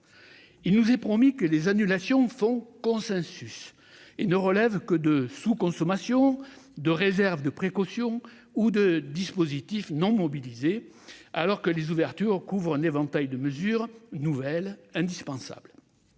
Il nous est promis que les annulations font consensus et ne relèvent que de sous-consommations, de réserves de précaution ou de dispositifs non mobilisés, alors que les ouvertures de crédits couvrent un éventail de mesures nouvelles indispensables.